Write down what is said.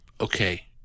okay